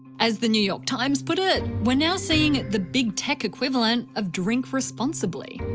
as the new york times put it, we're now seeing the big tech equivalent of drink responsibly.